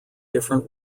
different